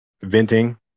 venting